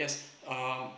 yes um